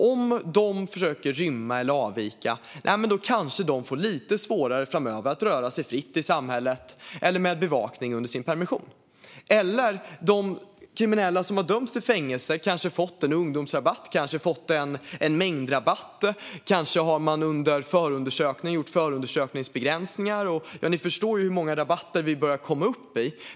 Om de försöker rymma eller avvika kanske de får lite svårare framöver att röra sig fritt i samhället eller med bevakning under sin permission. De kriminella som har dömts till fängelse har kanske fått en ungdomsrabatt eller en mängdrabatt. Kanske har man under förundersökningen gjort förundersökningsbegränsningar. Ni förstår hur många rabatter vi börjar komma upp i.